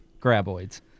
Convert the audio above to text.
Graboids